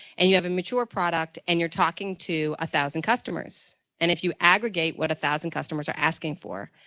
and you have a mature product and you're talking to a thousand customers. and if you aggregate what a thousand customers are asking for,